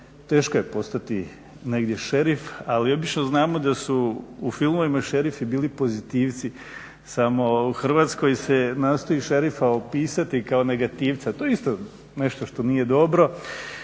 Teško je postati negdje šerif, ali obično znamo da su u filmovima šerifi bili pozitivci, samo u Hrvatskoj se nastoji šerifa opisati kao negativca. To je isto nešto što nije dobro